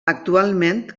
actualment